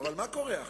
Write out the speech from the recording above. אבל מה קורה עכשיו?